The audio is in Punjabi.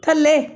ਥੱਲੇ